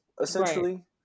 essentially